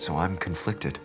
so i'm conflicted